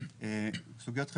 סוגיות חברתיות,